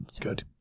Good